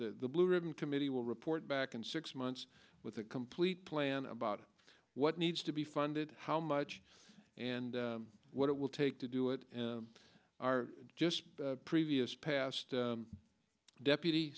the blue ribbon committee will report back in six months with a complete plan about what needs to be funded how much and what it will take to do it are just previous past deputy